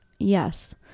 Yes